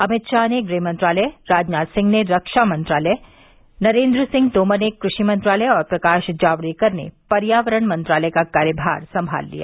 अभित शाह ने गृहमंत्रालय राजनाथ सिंह ने रक्षा मंत्रालय नरेंद्र सिंह तोमर ने कृषि मंत्रालय और प्रकाश जावड़ेकर ने पर्यावरण मंत्रालय का कार्यभार संभाल लिया